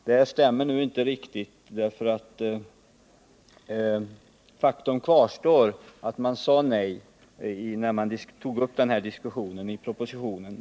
Det stämmer inte riktigt, för faktum kvarstår att man sade nej när diskussionen togs upp vid behandlingen av propositionen.